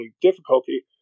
difficulty